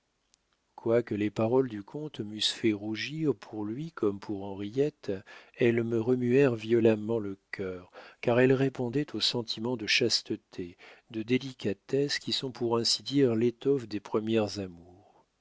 quoique les paroles du comte m'eussent fait rougir pour lui comme pour henriette elles me remuèrent violemment le cœur car elles répondaient aux sentiments de chasteté de délicatesse qui sont pour ainsi dire l'étoffe des premières amours